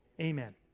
Amen